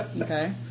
Okay